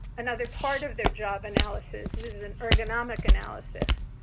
another part of their job analysis, and is is an ergonomic analysis.